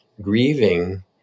grieving